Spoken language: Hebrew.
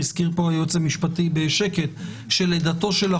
אדם חייב 7,000 שקל לעורך הדין שלו.